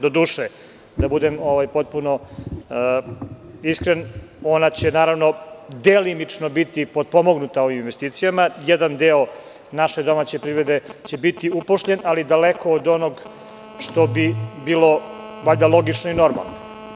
Doduše, da budem iskren, ona će delimično biti potpomognuta ovim investicijama, jedan deo naše domaće privrede će biti upošljen, ali daleko od onog što bi bilo logično i normalno.